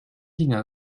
thinking